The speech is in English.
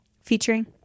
featuring